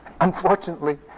Unfortunately